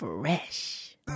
Fresh